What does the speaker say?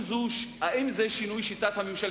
האם זה שינוי שיטת הממשל,